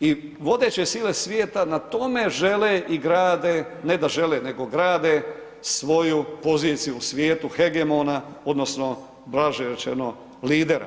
i vodeće sile svijeta na tome žele i grade, ne da žele, nego grade svoju poziciju u svijetu hegemona odnosno blaže rečeno lidera.